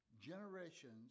generations